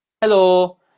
Hello